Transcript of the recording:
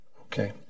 Okay